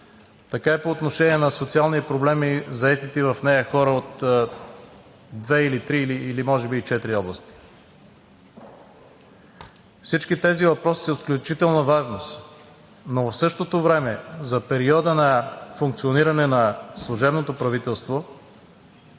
така и по отношение на социални проблеми, заетите в нея хора от две или три, може би и четири области. Всички тези въпроси са от изключителна важност, но в същото време за периода на функциониране на служебното правителство